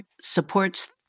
supports